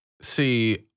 see